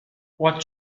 what